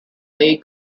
league